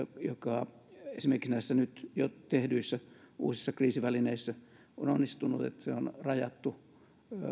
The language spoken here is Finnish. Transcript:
joka esimerkiksi näissä nyt jo tehdyissä uusissa kriisivälineissä on onnistunut että se mahdollinen toissijainen takausvastuu on rajattu